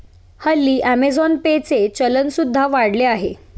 हल्ली Amazon Pay चे चलन सुद्धा वाढले आहे